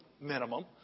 minimum